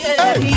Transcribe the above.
hey